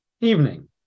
evening